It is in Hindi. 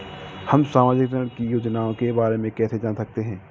हम सामाजिक क्षेत्र की योजनाओं के बारे में कैसे जान सकते हैं?